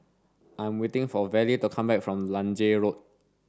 I am waiting for Vallie to come back from Lange Road